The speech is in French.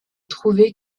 trouvé